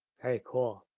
very cool.